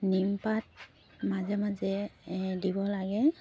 নিমপাত মাজে মাজে দিব লাগে